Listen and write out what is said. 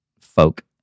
folk